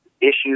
issues